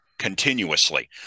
Continuously